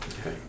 Okay